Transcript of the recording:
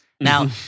Now